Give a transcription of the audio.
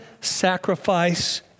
sacrifice